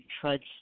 trudge